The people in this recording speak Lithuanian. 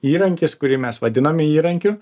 įrankis kurį mes vadinam įrankiu